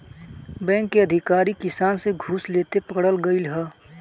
bank के अधिकारी किसान से घूस लेते पकड़ल गइल ह